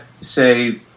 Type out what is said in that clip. say